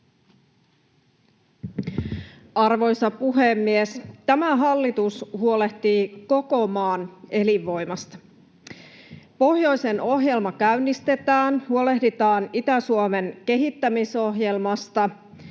Arvoisa puhemies! Tämä hallitus huolehtii koko maan elinvoimasta: pohjoisen ohjelma käynnistetään, huolehditaan Itä-Suomen kehittämisohjelmasta.